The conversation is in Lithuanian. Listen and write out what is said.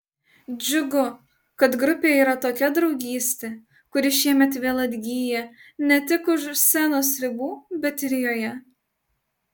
džiugu kad grupėje yra tokia draugystė kuri šiemet vėl atgyja ne tik už scenos ribų bet ir joje